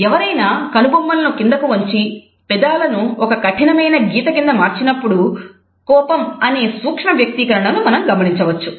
ఎవరైనా కనుబొమ్మలను కిందకు వంచి పెదాలను ఒక కఠినమైన గీత కింద మార్చినప్పుడు కోపం అనే సూక్ష్మ వ్యక్తీకరణను మనం గమనించవచ్చు